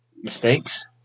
mistakes